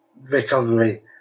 recovery